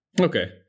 Okay